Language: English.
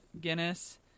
Guinness